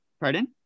pardon